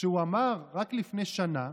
הוא אמר רק לפני שנה: